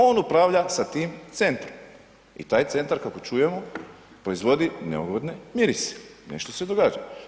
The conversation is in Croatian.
On upravlja sa tim centrom i taj centar kako čujemo proizvodi neugodne mirise, nešto se događa.